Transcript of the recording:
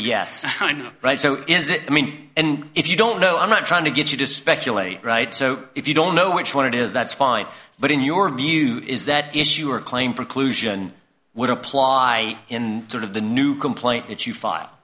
know right so is it i mean if you don't know i'm not trying to get you to speculate right so if you don't know which one it is that's fine but in your view is that issue or claim preclusion would apply in sort of the new complaint that you fi